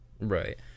right